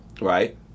Right